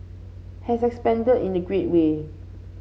has expanded in a great way